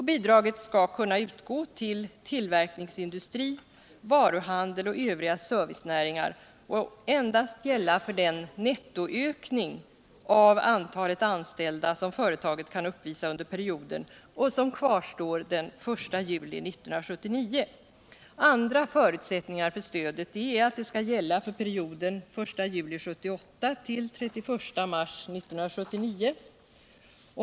Bidraget skall kunna utgå till tillverkningsindustri, varuhandel och övriga servicenäringar och endast gälla för den nettoökning av antalet anställda som företaget kan uppvisa under perioden och som kvarstår den 1 juli 1979. Andra förutsättningar för stödet är att det skall gälla för perioden 1 juli 1978-31 mars 1979.